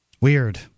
Weird